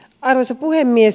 arvoisa puhemies